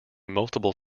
multiple